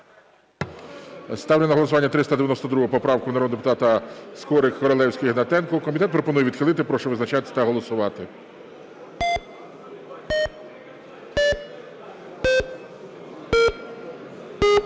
Ставлю на голосування 392 поправку народних депутатів Скорика, Королевської і Гнатенка. Комітет пропонує відхилити. Прошу визначатись та голосувати.